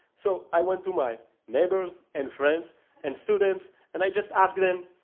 so i went to my neighbors and friends and students and i just asked them,